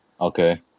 Okay